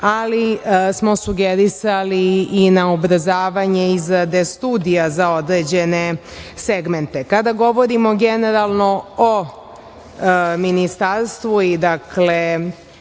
ali smo sugerisali i na ubrzavanje izrade studija za određene segmente. Kada govorimo generalno o ministarstvu i drugim